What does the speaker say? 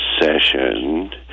session